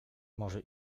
może